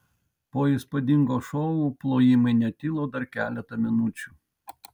po įspūdingo šou plojimai netilo dar keletą minučių